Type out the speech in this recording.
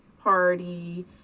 party